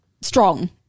strong